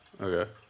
Okay